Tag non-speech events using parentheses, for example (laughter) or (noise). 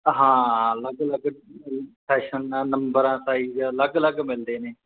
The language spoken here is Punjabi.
ਹਾਂ ਅਲੱਗ ਅਲੱਗ (unintelligible) ਫੈਸ਼ਨ ਆ ਨੰਬਰ ਆ ਸਾਈਜ ਅਲੱਗ ਅਲੱਗ ਮਿਲਦੇ ਨੇ